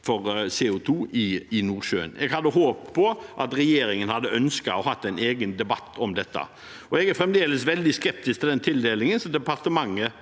for CO2 i Nordsjøen. Jeg hadde håpet på at regjeringen hadde ønsket å ha en egen debatt om dette. Jeg er fremdeles veldig skeptisk til den tildelingen som departementet